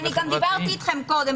גם דיברתי אתכם קודם,